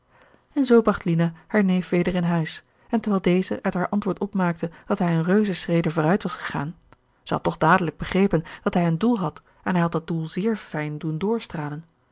en zoo bracht lina haar neef weder in huis en terwijl deze uit haar antwoord opmaakte dat hij een reuzenschrede vooruit was gegaan zij had toch dadelijk begrepen dat hij een doel had en hij had dat doel zeer fijn doen